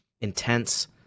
intense